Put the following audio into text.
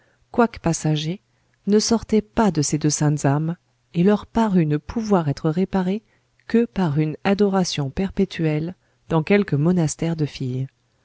quoique passager ne sortait pas de ces deux saintes âmes et leur parut ne pouvoir être réparé que par une adoration perpétuelle dans quelque monastère de filles